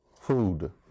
food